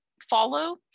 follow